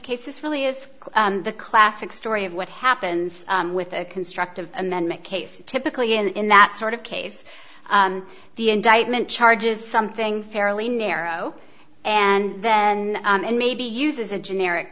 case this really is the classic story of what happens with a constructive amendment case typically and in that sort of case the indictment charges something fairly narrow and then maybe uses a generic